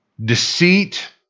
deceit